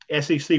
SEC